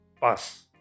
pass